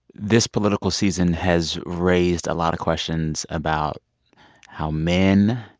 this political season has raised a lot of questions about how men,